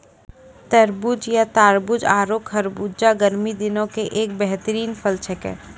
तरबूज या तारबूज आरो खरबूजा गर्मी दिनों के एक बेहतरीन फल छेकै